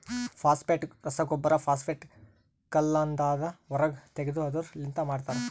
phosphate ರಸಗೊಬ್ಬರ phosphate ಕಲ್ಲದಾಂದ ಹೊರಗ್ ತೆಗೆದು ಅದುರ್ ಲಿಂತ ಮಾಡ್ತರ